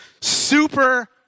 super